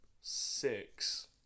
six